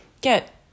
get